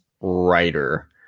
writer